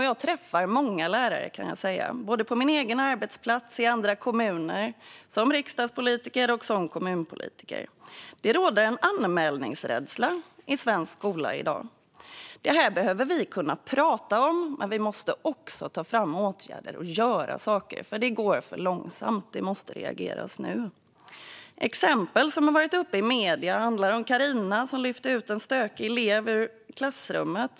Jag träffar många lärare på min egen arbetsplats och i andra kommuner, som riksdagspolitiker och som kommunpolitiker. Det råder en anmälningsrädsla i svensk skola i dag. Vi behöver prata om dessa frågor, men vi måste och vidta åtgärder och göra saker. Det går för långsamt, och vi måste reagera nu. Ett exempel som har tagits upp i medierna är Carina som lyfte ut en stökig elev ur klassrummet.